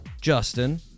Justin